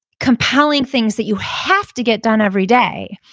compelling things that you have to get done every day,